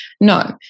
No